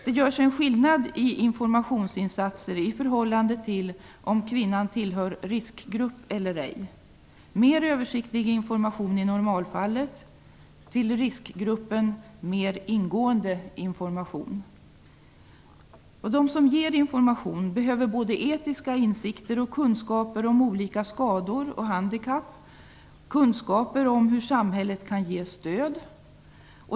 Det görs en skillnad i informationsinsatser i förhållande till om kvinnan tillhör riskgrupp eller ej. I normalfallet ges det en mer översiktlig information och till riskgruppen är informationen mer ingående. De som ger information behöver både etiska insikter och kunskaper om olika skador och handikapp och om hur samhället kan ge stöd.